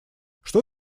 что